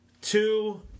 Two